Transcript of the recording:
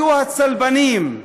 היו הצלבנים,